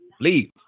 Leave